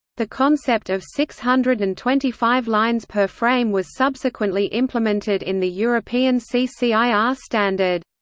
the concept of six hundred and twenty five lines per frame was subsequently implemented in the european ccir ah standard.